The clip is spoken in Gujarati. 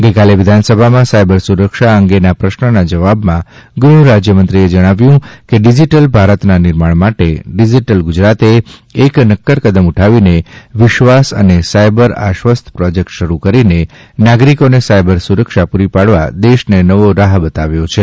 ગઈકાલે વિધાનસભામાં સાયબર સુરક્ષા અંગના પ્રશ્નના જવાબમાં ગૃહ રાજ્યમંત્રીએ જણાવ્યું છે કે ડીજીટલ ભારતના નિર્માણ માટે ડિજીટલ ગુજરાતે એક નક્કર કદમ ઉઠાવીને વિશ્વાસ અને સાયબર આશ્વસ્ત પ્રોજેકટ શરૂ કરી નાગરીકોને સાયબર સુરક્ષા પુરી પાડવા દેશને નવો રાહ બતાવ્યો છે